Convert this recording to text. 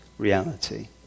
Reality